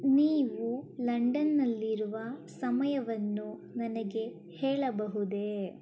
ನೀವು ಲಂಡನ್ನಲ್ಲಿ ಇರುವ ಸಮಯವನ್ನು ನನಗೆ ಹೇಳಬಹುದೇ